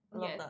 Yes